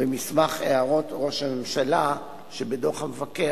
במסמך "הערות ראש הממשלה" שבדוח המבקר,